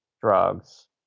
drugs